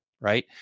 right